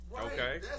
Okay